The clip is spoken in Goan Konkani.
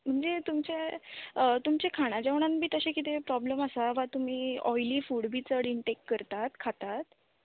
म्हणजे तुमचें तुमचें खाणा जेवणान बी अशें कितें प्रोब्लम आसा वा तुमी ऑयली फूड बी चड इनटेक करतात खातात